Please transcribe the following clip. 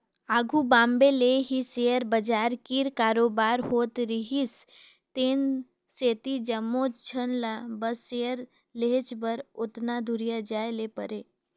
आघु बॉम्बे ले ही सेयर बजार कीर कारोबार होत रिहिस तेन सेती जम्मोच झन ल बस सेयर लेहेच बर ओतना दुरिहां जाए ले परे